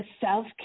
Self